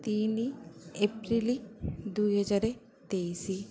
ତିନି ଏପ୍ରିଲ୍ ଦୁଇହଜାର ତେଇଶି